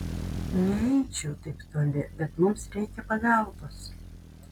neeičiau taip toli bet mums reikia pagalbos